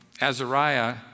Azariah